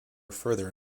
further